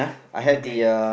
okay